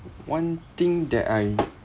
one thing that I